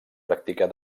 practicar